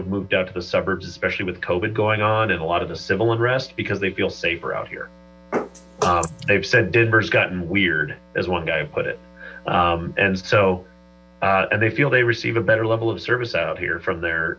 have moved out to the suburbs especially with covid going on and a lot of the civil unrest because they feel safer out here they've said denver's gotten weird as one guy put it and so and they feel they receive a better level of service out here from there